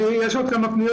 יש עוד כמה פניות.